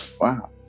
Wow